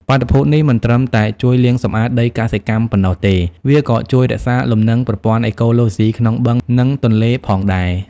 បាតុភូតនេះមិនត្រឹមតែជួយលាងសម្អាតដីកសិកម្មប៉ុណ្ណោះទេ។ វាក៏ជួយរក្សាលំនឹងប្រព័ន្ធអេកូឡូស៊ីក្នុងបឹង និងទន្លេផងដែរ។